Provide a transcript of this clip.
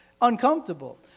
uncomfortable